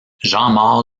jean